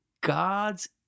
God's